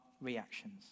reactions